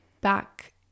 back